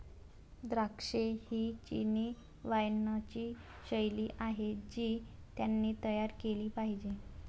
द्राक्षे ही चिनी वाइनची शैली आहे जी त्यांनी तयार केली पाहिजे